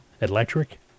Electric